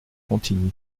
contigny